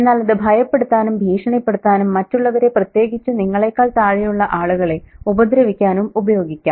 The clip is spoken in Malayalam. എന്നാൽ അത് ഭയപ്പെടുത്താനും ഭീഷണിപ്പെടുത്താനും മറ്റുള്ളവരെ പ്രത്യേകിച്ച് നിങ്ങളെക്കാൾ താഴെയുള്ള ആളുകളെ ഉപദ്രവിക്കാനും ഉപയോഗിക്കാം